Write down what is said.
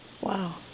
Wow